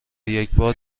یکبار